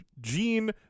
Gene